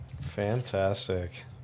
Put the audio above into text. Fantastic